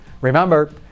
Remember